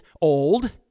old